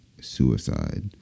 suicide